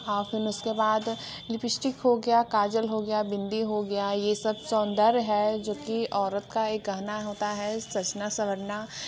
और फिर उसके बाद लिबिश्टिक हो गया काजल हो गया बिंदी हो गया ये सब सौन्दर्य है जो कि औरत का एक गहना होता है सजना सवरना